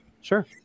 Sure